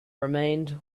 remained